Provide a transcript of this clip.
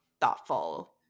thoughtful